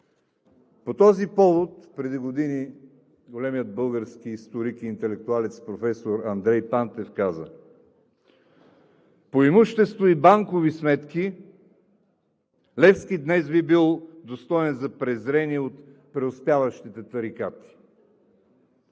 По този повод преди години големият български историк и интелектуалец професор Андрей Пантев каза: „По имущество и банкови сметки Левски днес би бил достоен за презрение от преуспяващите тарикати.“